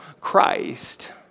Christ